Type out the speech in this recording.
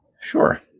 Sure